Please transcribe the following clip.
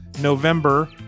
November